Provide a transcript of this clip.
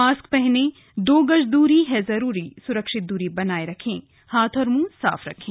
mask पहने दो गज दूरी है जरूरी सुरक्षित दूरी बनाए रखें हाथ और मुंह साफ रखें